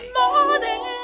morning